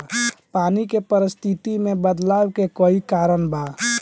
पानी के परिस्थिति में बदलाव के कई कारण बा